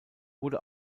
wurde